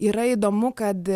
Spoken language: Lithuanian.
yra įdomu kad